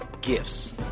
Gifts